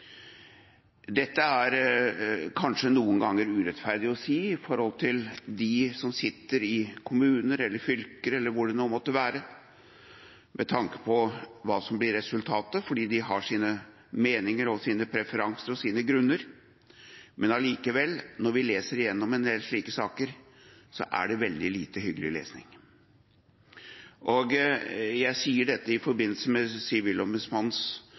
Dette er kanskje noen ganger urettferdig å si med hensyn til dem som sitter i kommuner eller fylker eller hvor det nå måtte være, med tanke på hva som blir resultatet, fordi de har sine meninger, sine preferanser og sine grunner, men allikevel, når vi leser igjennom en del slike saker, så er det veldig lite hyggelig lesning. Jeg sier dette i forbindelse med Sivilombudsmannens